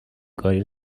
گاری